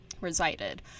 resided